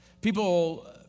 People